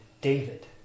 David